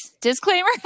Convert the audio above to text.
Disclaimer